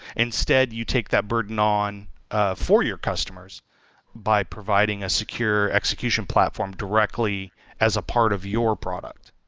instead, you take that burden on ah for your customers by providing a secure execution platform directly as a part of your product